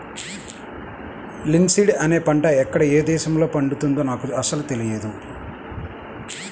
linseed అనే పంట ఎక్కడ ఏ దేశంలో పండుతుందో నాకు అసలు తెలియదు